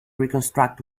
reconstruct